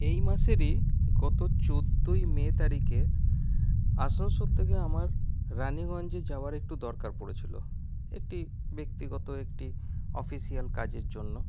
এই মাসেরই গত চোদ্দই মে তারিকে আসানসোল থেকে আমার রাণীগঞ্জে যাওয়ার একটু দরকার পড়েছিল একটি ব্যক্তিগত একটি অফিশিয়াল কাজের জন্য